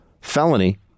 felony